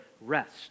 Rest